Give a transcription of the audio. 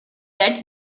that